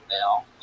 now